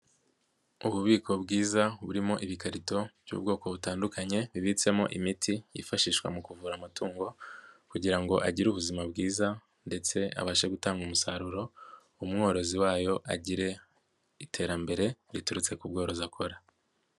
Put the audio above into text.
Ububiko bwiza burimo ibikarito by'ubwoko butandukanye bibitsemo imiti yifashishwa mu kuvura amatungo kugira ngo agire ubuzima bwiza ndetse abashe gutanga umusaruro, umworozi wayo agire iterambere riturutse ku bworozi akora.